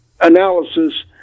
analysis